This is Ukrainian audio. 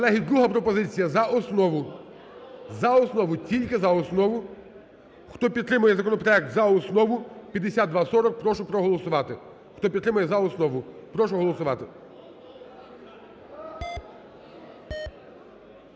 друга пропозиція – за основу. За основу, тільки за основу. Хто підтримує законопроект за основу 5240, прошу проголосувати. Хто підтримує за основу, прошу голосувати.